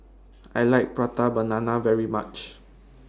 I like Prata Banana very much